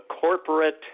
corporate